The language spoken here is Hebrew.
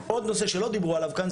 עוד נושא שלא דיברו עליו כאן,